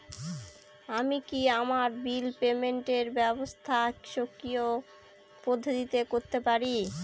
আমি কি আমার বিল পেমেন্টের ব্যবস্থা স্বকীয় পদ্ধতিতে করতে পারি?